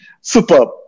Superb